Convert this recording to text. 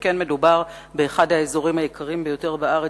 שכן מדובר באחד האזורים היקרים ביותר בארץ,